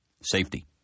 Safety